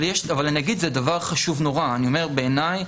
זה דבר חשוב נורא בעיניי,